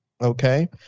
Okay